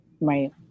right